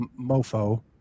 mofo